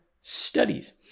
studies